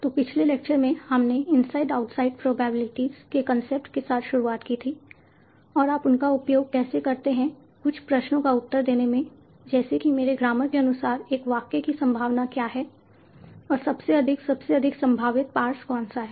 तो पिछले लेक्चर में हमने इनसाइड आउटसाइड प्रोबेबिलिटीज के कंसेप्ट के साथ शुरुआत की थी और आप उनका उपयोग कैसे करते हैं कुछ प्रश्नों का उत्तर देने में जैसे कि मेरे ग्रामर के अनुसार एक वाक्य की संभावना क्या है और सबसे अधिक सबसे अधिक संभावित पार्स कौन सा है